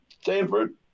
Stanford